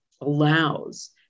allows